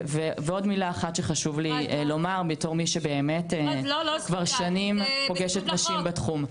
עוד מילה אחת שחשוב לי לומר בתור מי שבאמת כבר שנים פוגשת נשים בתחום.